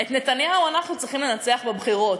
את נתניהו אנחנו צריכים לנצח בבחירות.